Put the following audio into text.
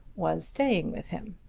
was staying with him.